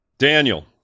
Daniel